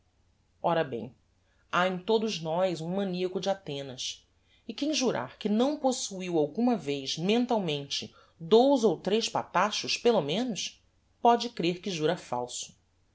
ora bem ha em todos nós um maniaco de athenas e quem jurar que não possuiu alguma vez mentalmente dous ou tres patachos pelo menos póde crer que jura falso